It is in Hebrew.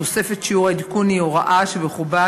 תוספת שיעור העדכון היא הוראה שבחובה,